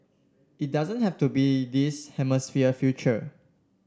it doesn't have to be this hemisphere's future